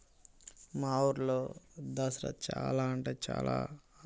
మా ఊళ్ళో దసరా చాలా అంటే చాలా